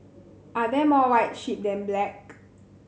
are there more white sheep than black